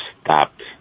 stopped